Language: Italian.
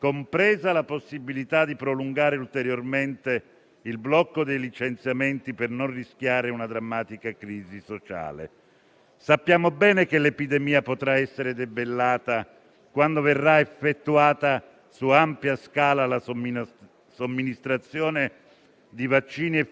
C'è ancora tantissimo da fare e dobbiamo correre molto velocemente per garantire il pieno successo di questa campagna. Ho pertanto trovato la posizione politica espressa nei giorni scorsi dalla vice presidente della Regione Lombardia, Letizia Moratti,